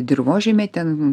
dirvožemy ten